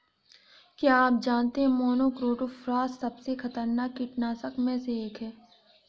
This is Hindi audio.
क्या आप जानते है मोनोक्रोटोफॉस सबसे खतरनाक कीटनाशक में से एक है?